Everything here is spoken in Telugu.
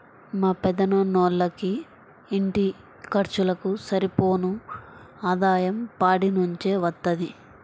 మా పెదనాన్నోళ్ళకి ఇంటి ఖర్చులకు సరిపోను ఆదాయం పాడి నుంచే వత్తది